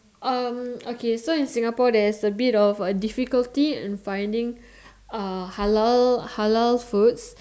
um okay so in Singapore there's a bit of difficulty in finding uh halal halal food